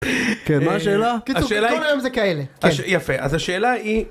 כן מה השאלה? השאלה היא... קיצר כל היום זה כאלה. יפה אז השאלה היא.